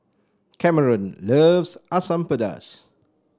Cameron loves Asam Pedas